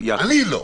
אני לא.